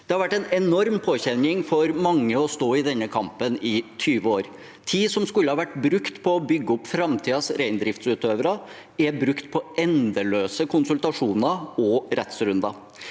Det har vært en enorm påkjenning for mange å stå i denne kampen i 20 år. Tid som skulle ha vært brukt på å bygge opp framtidens reindriftsutøvere, er brukt på endeløse konsultasjoner og rettsrunder.